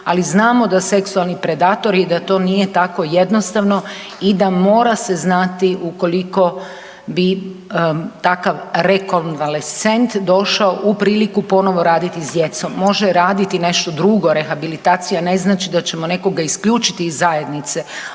ali znamo da seksualni predatori i da to nije tako jednostavno i da mora se znati ukoliko bi takav rekonvalescent došao u priliku ponovno raditi s djecom. Može raditi nešto drugo. Rehabilitacija ne znači da ćemo nekoga isključiti iz zajednice,